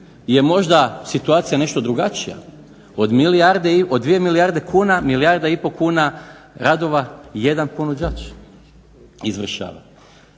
Ili je možda situacija nešto drugačija. Od 2 milijarde kuna milijarda i pol kuna radova, jedan ponuđač izvršava.